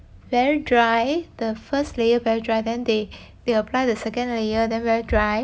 very dry the first layer very dry then they they apply the second layer then very dry